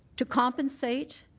to compensate,